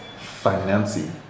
financing